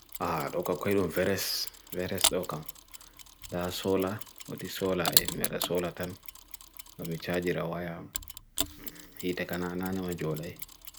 Aa, doka kweidun feres doka. Da sola, odisola, mega sola tam. Dami chadjirawaya, hitekanana nanama jole.